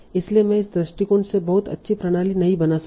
इसलिए मैं इस दृष्टिकोण से बहुत अच्छी प्रणाली नहीं बना सकता